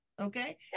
Okay